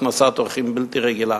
הכנסת אורחים בלתי רגילה,